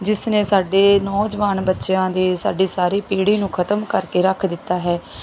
ਜਿਸ ਨੇ ਸਾਡੇ ਨੌਜਵਾਨ ਬੱਚਿਆਂ ਦੇ ਸਾਡੀ ਸਾਰੀ ਪੀੜ੍ਹੀ ਨੂੰ ਖਤਮ ਕਰਕੇ ਰੱਖ ਦਿੱਤਾ ਹੈ